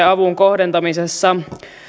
avun kohdentamisessa